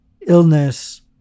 illness